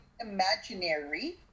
imaginary